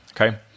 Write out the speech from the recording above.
Okay